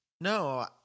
no